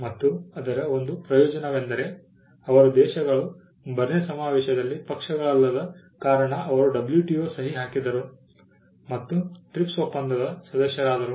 ಮತ್ತು ಇದರ ಒಂದು ಪ್ರಯೋಜನವೆಂದರೆ ಅವರ ದೇಶಗಳು ಬರ್ನ್ ಸಮಾವೇಶದಲ್ಲಿ ಪಕ್ಷಗಳಲ್ಲದ ಕಾರಣ ಅವರು WTO ಸಹಿ ಹಾಕಿದ್ದರು ಮತ್ತು TRIPS ಒಪ್ಪಂದದ ಸದಸ್ಯರಾದರು